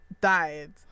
died